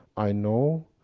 i know.